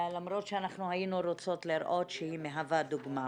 למרות שאנחנו היינו רוצות לראות שהיא מהווה דוגמה.